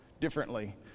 differently